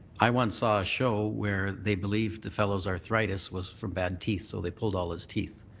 i once saw a show where they believed the fellow's arthritis was from bad teeth so they pulled all his teeth.